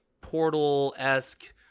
portal-esque